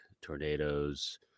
tornadoes